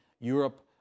europe